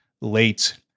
late